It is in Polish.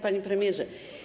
Panie Premierze!